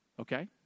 Okay